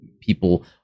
people